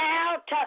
out